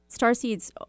starseeds